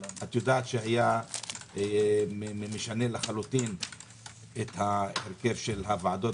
את יודעת שהיה משנה לחלוטין את הרכב הוועדות,